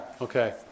okay